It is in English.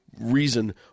reason